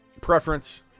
Preference